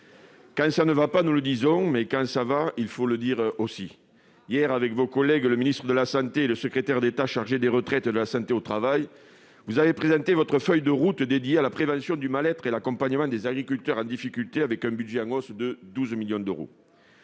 cela ne va pas, nous le disons, mais, quand cela va, il faut le dire aussi ! Hier, avec le ministre des solidarités et de la santé et le secrétaire d'État chargé des retraites et de la santé au travail, vous avez présenté votre feuille de route consacrée à la prévention du mal-être et à l'accompagnement des agriculteurs en difficulté, avec un budget en hausse de 12 millions d'euros.